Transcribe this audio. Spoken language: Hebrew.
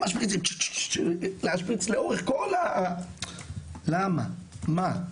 הם משפריצים, להשפריץ לאורך כל, למה, מה.